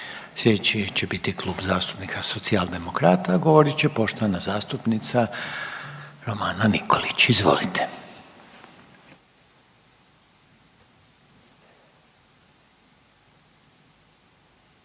Slijedeći će biti Klub zastupnika Socijaldemokrata, a govorit će poštovana zastupnica Romana Nikolić. Izvolite.